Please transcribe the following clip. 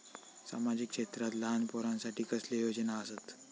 सामाजिक क्षेत्रांत लहान पोरानसाठी कसले योजना आसत?